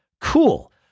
cool